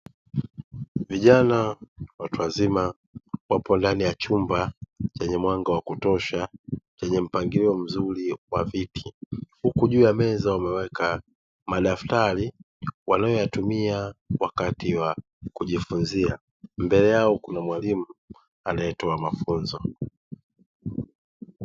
Vijana watu wazima wapo ndani ya chumba chenye mwanga wa kutosha chenye mpangilio mzuri wa viti, huku juu ya meza wameweka madaftari wanayoyatumia wakati wa kujifunzia, mbele yao kuna mwalimu anayetoa mafunzo.